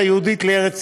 חיילים שמשתעשעים בירי,